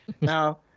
Now